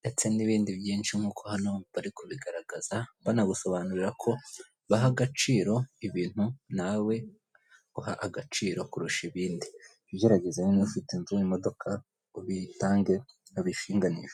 ndetse n'ibindi byinshi nk'uko hano bari kubigaragaza banagusobanurira ko baha agaciro ibintu nawe uha agaciro kurusha ibindi ugerageza ni ufite inzu, imodokadoka ubitange ubishinganishe.